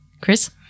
Chris